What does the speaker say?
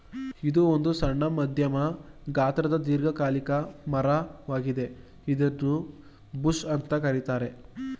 ಇದು ಒಂದು ಸಣ್ಣ ಮಧ್ಯಮ ಗಾತ್ರದ ದೀರ್ಘಕಾಲಿಕ ಮರ ವಾಗಿದೆ ಇದನ್ನೂ ಬುಷ್ ಅಂತ ಕರೀತಾರೆ